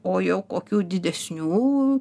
o jau kokių didesnių